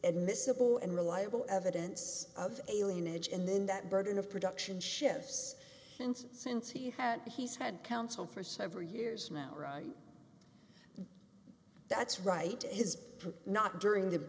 admissible and reliable evidence of alien age and then that burden of production shifts since since he had he's had counsel for several years now right that's right his not during the